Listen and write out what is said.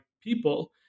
people